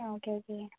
ആ okay okay